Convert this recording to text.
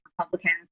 Republicans